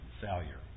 failure